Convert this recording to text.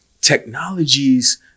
technologies